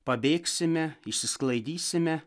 pabėgsime išsisklaidysime